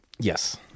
Yes